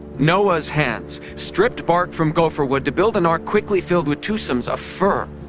noah's hands stripped bark from gopher wood to build an ark quickly filled with twosomes of fur,